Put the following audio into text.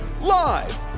live